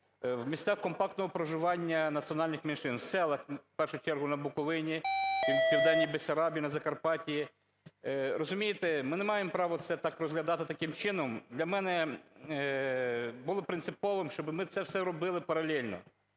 в місцях компактного проживання національних меншин, в селах, в першу чергу на Буковині, в Південній Бессарабії, на Закарпатті. Розумієте, ми не маємо права це так розглядати таким чином. Для мене було принциповим, щоби ми це все робили паралельно.